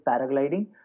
paragliding